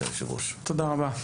תודה רבה.